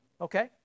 Okay